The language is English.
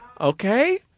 Okay